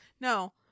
No